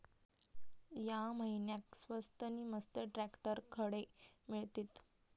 या महिन्याक स्वस्त नी मस्त ट्रॅक्टर खडे मिळतीत?